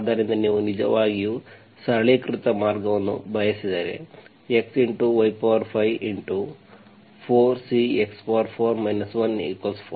ಆದ್ದರಿಂದ ನೀವು ನಿಜವಾಗಿಯೂ ಸರಳೀಕೃತ ಮಾರ್ಗವನ್ನು ಬಯಸಿದರೆ x y54 C x4 1 4